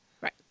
Right